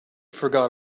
forgot